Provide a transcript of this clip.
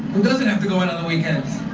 who doesn't have to go in on the weekends